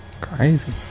Crazy